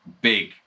big